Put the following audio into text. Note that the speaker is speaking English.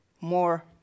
more